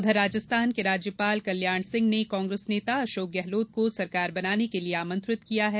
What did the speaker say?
उधर राजस्थान के राज्यपाल कल्याण सिंह ने कांग्रेस नेता अशोक गहलोत को सरकार बनाने के लिए आमंत्रित किया है